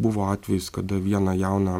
buvo atvejis kada vieną jauną